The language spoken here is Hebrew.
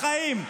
בחיים.